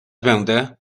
będę